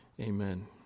Amen